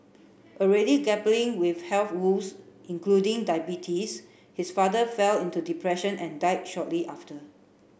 already grappling with health woes including diabetes his father fell into depression and died shortly after